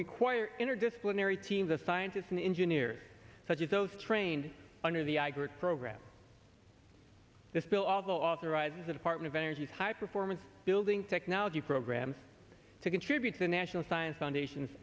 require interdisciplinary teams of scientists and engineers such as those trained under the i grit program this bill although authorizes the department of energy's high performance building technology programs to contribute to the national science foundation